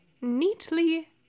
neatly